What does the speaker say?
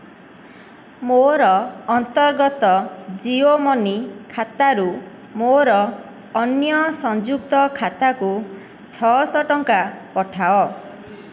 ମୋର ଅନ୍ତର୍ଗତ ଜିଓ ମନି ଖାତାରୁ ମୋର ଅନ୍ୟ ସଂଯୁକ୍ତ ଖାତାକୁ ଛଅ ଶହ ଟଙ୍କା ପଠାଅ